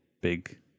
big